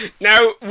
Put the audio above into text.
Now